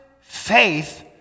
faith